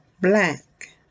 black